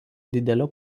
didelio